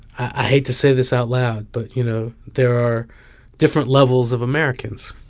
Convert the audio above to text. i hate to say this out loud, but, you know, there are different levels of americans,